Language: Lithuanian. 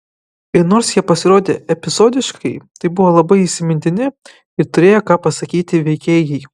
ir nors jie pasirodė epizodiškai tai buvo labai įsimintini ir turėję ką pasakyti veikėjai